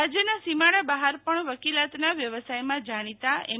રાજ્યના સીમાડા બાર પણ વકીલાતના વ્યવસાયમાં જાણીતા એમ